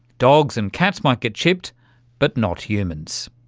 dogs and cats might get chipped but not humans.